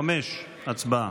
85. הצבעה.